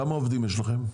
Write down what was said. כמה עובדים יש לכם?